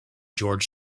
george